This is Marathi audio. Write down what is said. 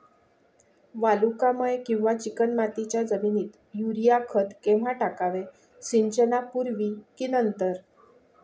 वालुकामय किंवा चिकणमातीच्या जमिनीत युरिया खत केव्हा टाकावे, सिंचनापूर्वी की नंतर?